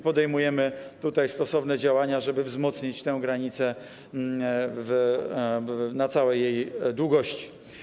Podejmujemy stosowne działania, żeby wzmocnić tę granicę na całej długości.